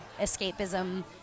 escapism